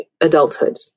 adulthood